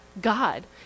God